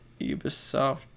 ubisoft